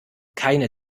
keine